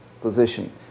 position